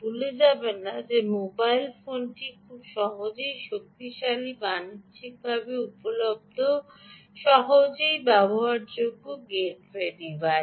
ভুলে যাবেন না যে মোবাইল ফোনটি খুব সহজেই শক্তিশালী বাণিজ্যিকভাবে উপলব্ধ সহজেই ব্যবহারযোগ্য গেটওয়ে ডিভাইস